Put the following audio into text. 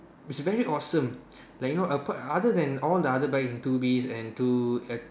it's very awesome like you know apart other than all the other bikes two B and two a~